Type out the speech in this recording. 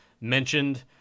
mentioned